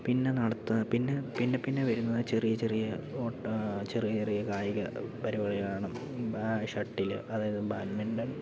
പിന്നെ നടത്തുക പിന്നെ പിന്നെ പിന്നെ വരുന്നത് ചെറിയ ചെറിയ ഓട്ട ചെറിയ ചെറിയ കായിക പരിപാടികാളാണ് ഇപ്പം ഷട്ടിൽ അതായത് ബാഡ്മിൻറ്റൻ